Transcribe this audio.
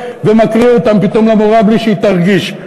ומקריא אותם פתאום למורה בלי שהיא תרגיש.